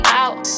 out